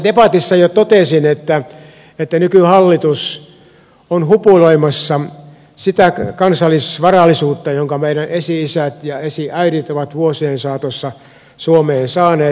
tuossa debatissa jo totesin että nykyhallitus on hupuloimassa sitä kansallisvarallisuutta jonka meidän esi isämme ja esiäitimme ovat vuosien saatossa suomeen saaneet